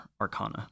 Arcana